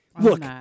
look